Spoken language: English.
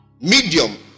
medium